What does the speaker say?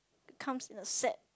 comes in a set